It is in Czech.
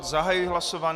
Zahajuji hlasování.